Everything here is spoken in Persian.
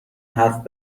حرف